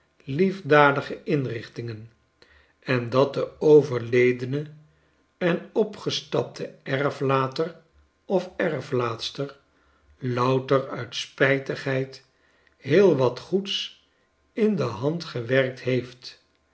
liefdadige inrichtingen en dat de overledene en opgestapte erflater of erflaatster louter uit spijtigheid heel wat goeds in de hand gewerkt heeft